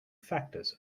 factors